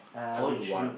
all in one